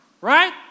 right